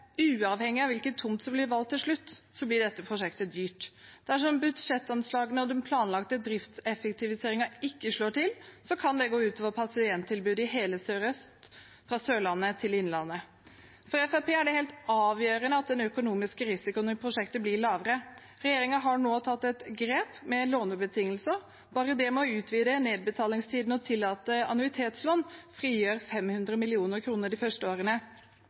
Uavhengig av hvilken tomt som blir valgt til slutt, blir dette prosjektet dyrt. Dersom budsjettanslagene og den planlagte driftseffektiviseringen ikke slår til, kan det gå ut over pasienttilbudet i hele Helse Sør-Øst, fra Sørlandet til Innlandet. For Fremskrittspartiet er det helt avgjørende at den økonomiske risikoen i prosjektet blir lavere. Regjeringen har nå tatt et grep når det gjelder lånebetingelser. Bare det å utvide nedbetalingstiden og tillate annuitetslån frigjør 500 mill. kr de første årene.